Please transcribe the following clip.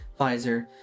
Pfizer